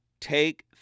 take